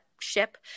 ship